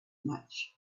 much